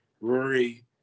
Rory